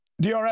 DRS